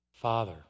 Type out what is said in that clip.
father